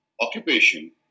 occupation